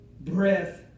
breath